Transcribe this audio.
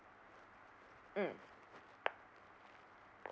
mm